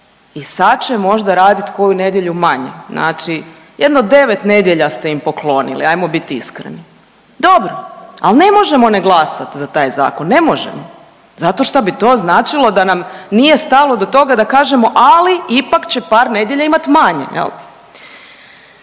i sad će možda radit koju nedjelju manje, znači jedno 9 nedjelja ste im poklonili, ajmo bit iskreni. Dobro, al ne možemo ne glasat za taj zakon, ne možemo zato šta bi to značilo da nam nije stalo do toga da kažemo ali ipak će par nedjelja imat manje